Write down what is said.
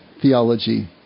theology